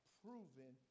proven